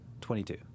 twenty-two